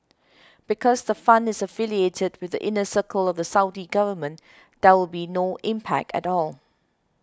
because the fund is affiliated with the inner circle of the Saudi government there will be no impact at all